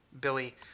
Billy